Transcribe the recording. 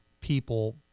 people